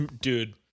dude